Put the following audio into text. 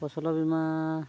ᱯᱷᱚᱥᱞᱚ ᱵᱤᱢᱟ